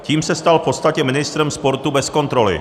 Tím se stal v podstatě ministrem sportu bez kontroly.